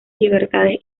libertades